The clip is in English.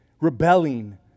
rebelling